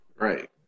Right